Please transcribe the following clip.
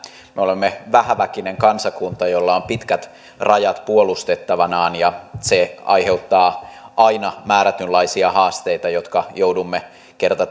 me olemme vähäväkinen kansakunta jolla on pitkät rajat puolustettavanaan ja se aiheuttaa aina määrätynlaisia haasteita jotka joudumme kerta